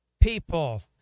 people